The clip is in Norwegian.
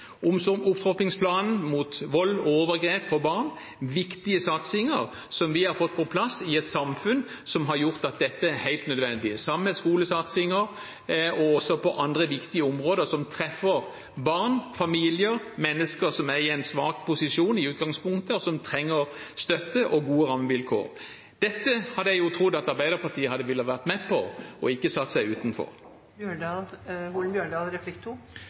mot vold og overgrep mot barn viktige satsinger som vi har fått på plass i et samfunn som har gjort at dette er helt nødvendig. Det samme gjelder skolesatsinger og andre viktige områder som treffer barn, familier, mennesker som er i en svak posisjon i utgangspunktet, og som trenger støtte og gode rammevilkår. Dette hadde jeg trodd at Arbeiderpartiet hadde villet være med på, ikke satt seg utenfor.